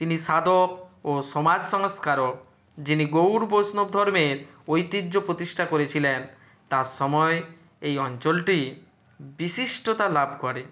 তিনি সাধক ও সমাজ সংস্কারক যিনি গৌড় বৈষ্ণব ধর্মের ঐতিহ্য প্রতিষ্ঠা করেছিলেন তার সময়ে এই অঞ্চলটি বিশিষ্টতা লাভ করে